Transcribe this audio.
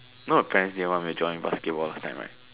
no you know my parents want me to join basketball last time right